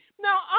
Now